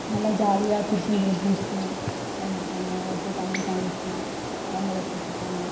நல்லா ஜாலியாக திருச்செந்தூர் பீச்சு அங்கே போகணும் அடுத்து தம்பி தங்கச்சி அவங்களை கூப்பிட்டு போகணும்